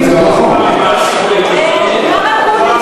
מר אקוניס,